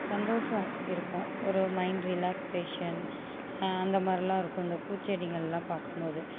சந்தோசம் இருக்கும் ஒரு மைண்ட் ரிலாக்சேஷன் அந்த மாதிரிலாம் இருக்கும் இந்த பூச்செடிகள்லாம் பார்க்கும்போது